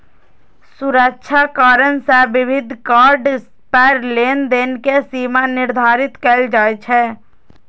सुरक्षा कारण सं विभिन्न कार्ड पर लेनदेन के सीमा निर्धारित कैल जाइ छै